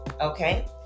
Okay